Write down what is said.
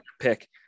pick